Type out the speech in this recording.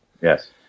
Yes